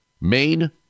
Maine